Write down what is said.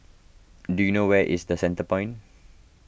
do you know where is the Centrepoint